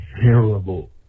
terrible